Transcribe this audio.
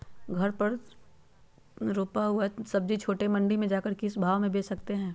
घर पर रूपा हुआ सब्जी छोटे मंडी में जाकर हम किस भाव में भेज सकते हैं?